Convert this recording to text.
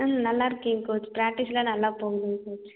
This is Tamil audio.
ம் நல்லாயிருக்கேங்க கோச் பிராக்டிஸுலாம் நல்லா போகுதுங்க கோச்